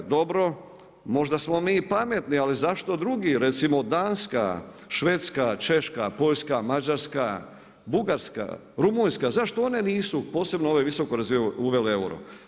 Dobro, možda smo mi pametni, ali zašto drugi, recimo Danska, Švedska, Češka, Poljska, Mađarska, Bugarska, Rumunjska, zašto one nisu, posebno ove visoko razvijene uvele euro?